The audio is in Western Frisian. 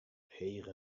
hege